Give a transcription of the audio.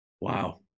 Wow